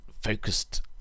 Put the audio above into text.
focused